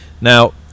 Now